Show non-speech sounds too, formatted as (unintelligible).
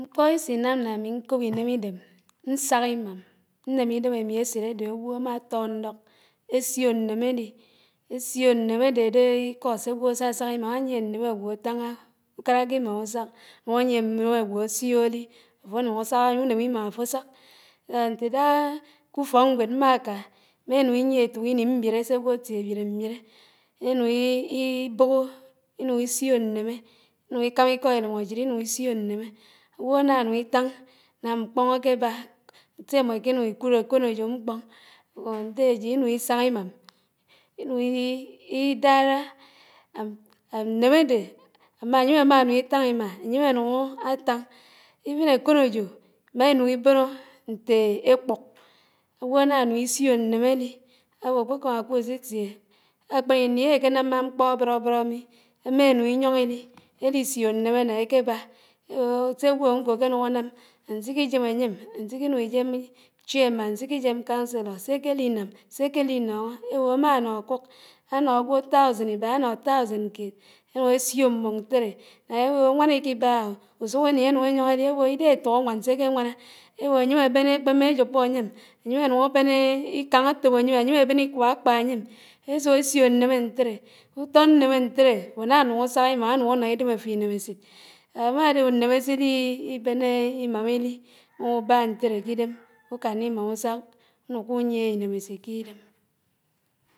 Mkpó sísínám ná ámí ñkòb ínem idém. ñsúk ímám. ñnem ídon ámí ésit ádò ágwò ámá tó ñdók ésiò ñnede édí. ésiò ñnémé dé odò íkó sé áywò ásásak ímám. ányie nñame ágwò átáñá ùkáràké ímán ùsák. ánùñ ányié nnémé ñgwò ásíòhò áli áfò ánùn ásák. ány’ùném ímá áfò ásák ñté ídáhááá k’ùfókñgwéd mmáká ímá ínùñ ínyié éfòk íní mbíré sé ágwò átié áwiré mbiré. ínùn (hesitation) íbòhò. ínùñ ísiò nnémé. ínùñ íkámá íkó írùñ áfíd ínùn ísíò ñnemé ágwò áná nùñ ítáñ náñ mkpóñ ákébá. sé émó íkinuñ íkùd ákònòjò mkpen dé ájid ínùñ isak ímám. ínùñ (hesitation) ídárá (hesitation) ñnemé ádé mmà ányém ámánùñ itáñ ímá. Ányém ánùñ átáñ. éven ákònòjò ímá ínùñ íbónò ñté ékpòk ágwò ǎná nùn ísiò m̃émé álí áwò ákpékáb ákùd sítié (unintelligible) íní éké námá mkpó ábóró mí. émànùñ íyóñó ílí. élisiò ñnemé ná ékéba. éwò sé ágwò ánkò kénùñ ànám. ánsi kijem ányém ánsíkinuñ ísém chairman ánsikijém concilers sékéhnam. sékéli nóñó. éwò ámà ánó ákùk ánó ágwò túisín íbá ánó táùsín kéd énùñ ésiò mbàk ñtéré. and éwò áwán íkíbáhá, ùsùk íní énùm̃ éyóñ édí ébò ídéhé étòk ánwán séké éáná. éwó ányém ábén ékpémé ájùbó ányém. ányém ánùñ ábén íkáñ átòb ányém. ányém ábén íkwá ákpá ányém. ésùk èsiò ñnémé ñtéré, ùtó ñnémé ñtéré áfò ná nùñ ásák ímám ánùñ ánó ídém áfò ínémésít Ámádé ñnémé sídí béné ímám íli ánùn áwù ùbá ñteré k’idem k’idem ùkáná ímám ùsǎk sák, ùnùkó ùnyié ínémésit.